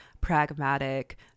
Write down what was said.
pragmatic